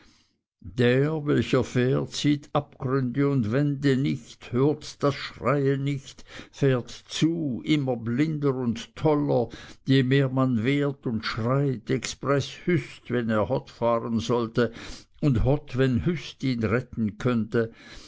der welcher fährt sieht abgründe und wände nicht hört das schreien nicht fährt zu immer blinder und toller je mehr man wehrt und schreit expreß hüst wenn er hott fahren sollte und hott wenn hüst ihn retten könnte